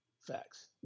Facts